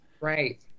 Right